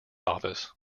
office